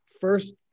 first